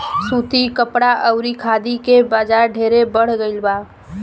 सूती कपड़ा अउरी खादी के बाजार ढेरे बढ़ गईल बा